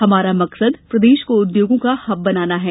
हमारा मकसद प्रदेश को उद्योगों का हब बनाना है